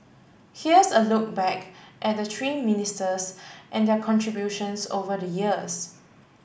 here's a look back at the three ministers and their contributions over the years